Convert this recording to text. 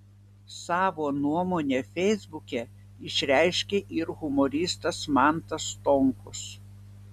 savo nuomonę feisbuke išreiškė ir humoristas mantas stonkus